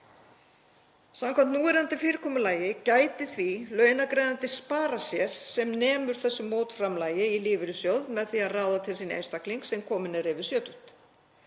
Samkvæmt núverandi fyrirkomulagi gæti því launagreiðandi sparað sér sem nemur þessu mótframlagi í lífeyrissjóð með því að ráða til sín einstakling sem kominn er yfir sjötugt.